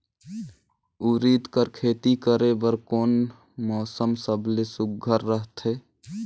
उरीद कर खेती करे बर कोन मौसम सबले सुघ्घर रहथे?